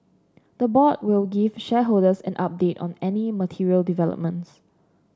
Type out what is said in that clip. the board will give shareholders an update on any material developments